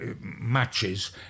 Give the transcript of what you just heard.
matches